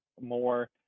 more